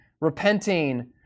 repenting